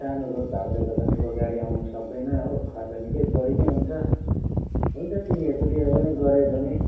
सानो रोड भएकोले गर्दा ठुलो गाडी आउनु सक्दैन हो खर्च निकै बढी नै हुन्छ हुन्छ तिमीहरूकोतिर पनि गऱ्यो भने